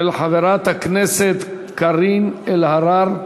של חברת הכנסת קארין אלהרר.